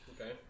Okay